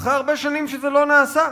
אחרי הרבה שנים שזה לא נעשה.